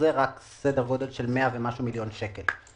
רק סדר גודל של 100 ומשהו מיליון שקל.